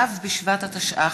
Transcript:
ו' בשבט התשע"ח,